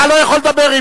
אתה לא יכול לדבר.